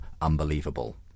Unbelievable